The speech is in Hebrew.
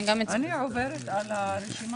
אני עוברת על הרשימה.